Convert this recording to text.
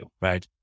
right